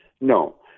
No